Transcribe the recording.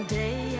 day